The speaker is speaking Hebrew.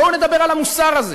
בואו נדבר על המוסר הזה,